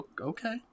Okay